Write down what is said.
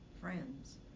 friends